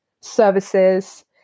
services